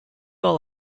all